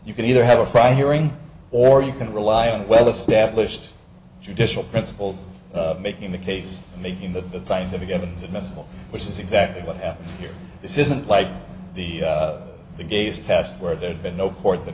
you can either have a fry hearing or you can rely on well established judicial principles making the case making the scientific evidence admissible which is exactly what happened here this isn't like the gaze test where there'd been no court that